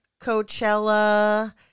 Coachella